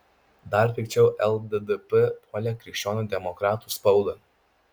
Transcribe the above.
dar pikčiau lddp puolė krikščionių demokratų spauda